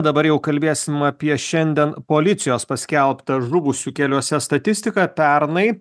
dabar jau kalbėsim apie šiandien policijos paskelbtą žuvusių keliuose statistiką pernai